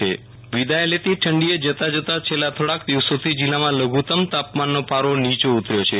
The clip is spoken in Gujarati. વિરલ રાણા હવામાન આંચકા વિદાય લેતી ઠંડીએ જતા જતા છેલ્લા થોડાક દિવસોથી જીલ્લામાં લધુત્તમ તાપમાનનો પારો નીયો ઉતર્થો છે